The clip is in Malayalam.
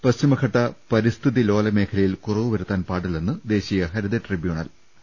പശ്ചിമഘട്ട പരിസ്ഥിതി ലോല മേഖലയിൽ കുറവു വരുത്താൻ പാടില്ലെന്ന് ദേശീയ ഹരിത ട്രിബ്യൂണൽ ു